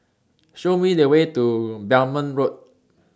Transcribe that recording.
Show Me The Way to Belmont Road